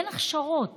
אין הכשרות